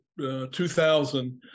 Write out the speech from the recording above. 2000